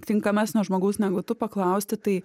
tinkamesnio žmogaus negu tu paklausti tai